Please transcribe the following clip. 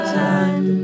time